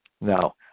no